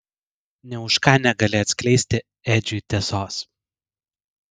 nė už ką negali atskleisti edžiui tiesos